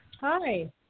Hi